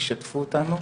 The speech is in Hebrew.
ישתפו אותנו,